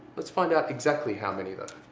let's find out exactly how many though.